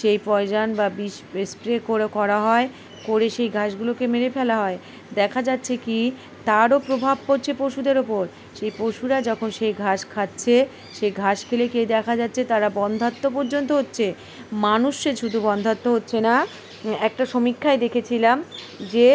সেই পয়জান বা বিষ স্প্রে করে করা হয় করে সেই ঘাসগুলোকে মেরে ফেলা হয় দেখা যাচ্ছে কি তারও প্রভাব পড়ছে পশুদের ওপর সেই পশুরা যখন সেই ঘাস খাচ্ছে সেই ঘাস খেলে কে দেখা যাচ্ছে তারা বন্ধাত্ম পর্যন্ত হচ্ছে মানুষে শুধু বন্ধাত্ম হচ্ছে না একটা সমীক্ষায় দেখেছিলাম যে